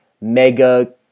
mega-